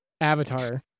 avatar